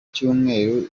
cyumweru